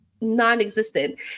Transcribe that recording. non-existent